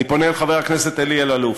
אני פונה אל חבר הכנסת אלי אלאלוף.